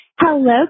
Hello